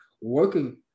working